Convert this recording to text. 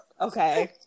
okay